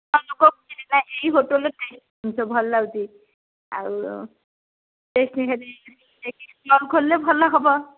ଏଇ ହୋଟେଲ ଜିନିଷ ଭଲ ଲାଗୁଛି ଆଉ ଷ୍ଟଲ୍ ଖୋଲିଲେ ଭଲ ହେବ